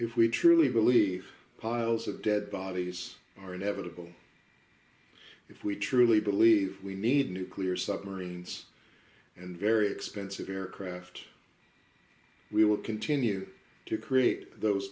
if we truly believe piles of dead bodies are inevitable if we truly believe we need nuclear submarines and very expensive aircraft we will continue to create those